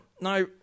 Now